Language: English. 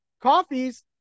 Coffee's